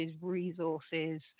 resources